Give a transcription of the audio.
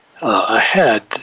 ahead